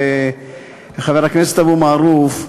וחבר הכנסת אבו מערוף,